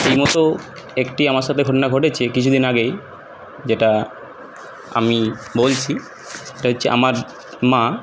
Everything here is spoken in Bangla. এইমতো একটি আমার সাথে ঘটনা ঘটেছে কিছুদিন আগেই যেটা আমি বলছি সেটা হচ্ছে আমার মা